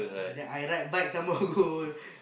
then I ride bike some more go